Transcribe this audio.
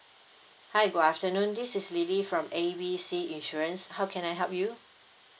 hi good afternoon this is lily from A B C insurance how can I help you